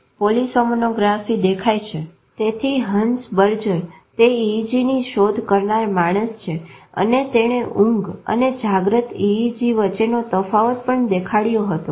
refer slide time 1523 તેથી Hans Berger તે EEG ની શોધ કરનાર માણસ છે અને તેણે ઊંઘ અને જાગ્રત EEG વચ્ચેનો તફાવત પણ દેખાયડો હતો